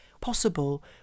possible